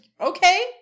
okay